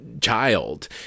child